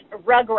rugrats